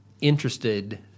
interested